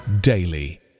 daily